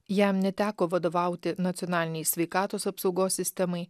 jam neteko vadovauti nacionalinei sveikatos apsaugos sistemai